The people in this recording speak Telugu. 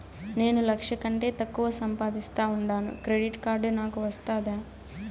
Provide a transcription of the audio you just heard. నేను లక్ష కంటే తక్కువ సంపాదిస్తా ఉండాను క్రెడిట్ కార్డు నాకు వస్తాదా